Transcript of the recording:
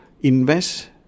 invest